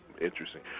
interesting